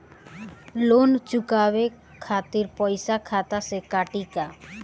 Loan चुकावे खातिर पईसा खाता से कटी का?